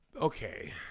Okay